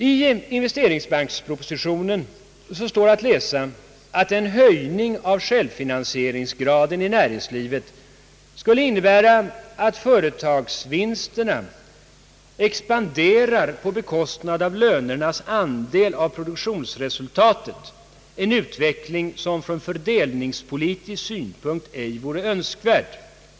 I investeringsbankspropositionen står att läsa att en höjning av självfinansieringsgraden i näringslivet skulle innebära att företagsvinsterna expanderar på bekostnad av lönernas andel av produktionsresultatet, en utveckling som från fördelningspolitisk synpunkt ej vore önskvärd.